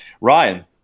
Ryan